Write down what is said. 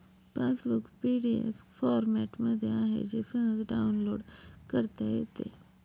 passbook PDF फॉरमॅटमध्ये आहे जे सहज डाउनलोड करता येते